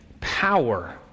power